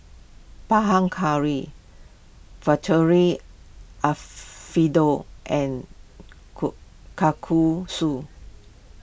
Panang Curry Alfredo and Kalguksu